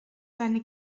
seine